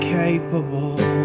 capable